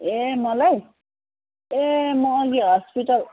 ए मलाई ए म अघि हस्पिटल